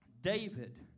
David